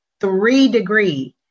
three-degree